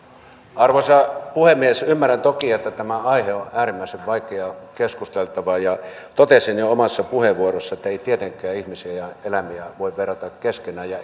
arvoisa puhemies ymmärrän toki että tämä aihe on äärimmäisen vaikea keskusteltava ja totesin jo omassa puheenvuorossani että ei tietenkään ihmisiä ja eläimiä voi verrata keskenään ja